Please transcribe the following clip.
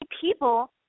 people